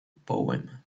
poem